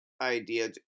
idea